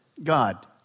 God